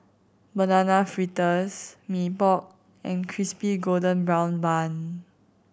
Banana Fritters Mee Pok and Crispy Golden Brown Bun